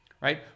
right